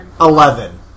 Eleven